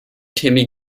timmy